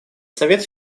совет